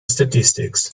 statistics